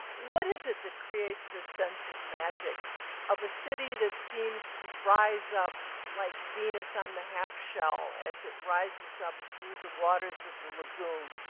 what is it that creates this sense of magic of a city that seems to rise up like venus on the half-shell, as it rises up through the waters of the lagoon?